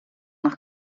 nach